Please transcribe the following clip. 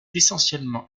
essentiellement